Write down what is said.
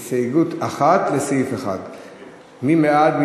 הסתייגות 1 לסעיף 1. מי בעד?